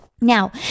Now